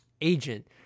agent